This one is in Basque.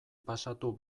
pasatu